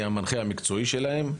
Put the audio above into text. אני המנחה המקצועי שלהן.